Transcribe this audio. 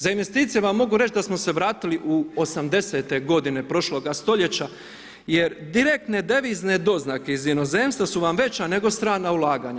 Za investicije vam mogu reći da smo se vratili u 80-te godine prošlog stoljeća jer direktne devizne doznake iz inozemstva su vam veća nego strana ulaganja.